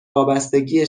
وابستگیه